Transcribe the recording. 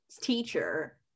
teacher